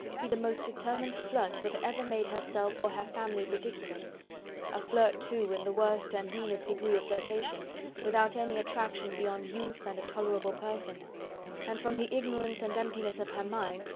be the most determined flirt that ever made herself or her family ridiculous a flirt, too, in the worst and meanest degree of flirtation without any attraction beyond youth and a tolerable person and, from the ignorance and emptiness of her mind,